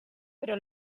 però